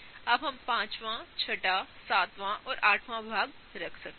अब हम पाँचवाँ छठा सातवाँ और आठवाँ भाग रखते हैं